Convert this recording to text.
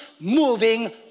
moving